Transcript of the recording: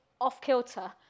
off-kilter